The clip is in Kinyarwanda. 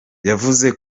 yavuze